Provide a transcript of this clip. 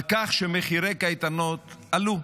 על כך שמחירי קייטנות עלו,